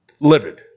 Livid